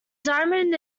diamond